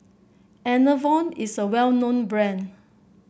Enervon is a well known brand